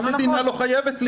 המדינה לא חייבת לי.